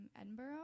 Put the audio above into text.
Edinburgh